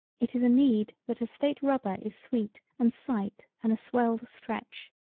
it is a need that a state rubber is sweet and sight and a swelled stretch.